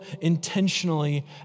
intentionally